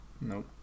Nope